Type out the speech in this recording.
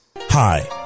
Hi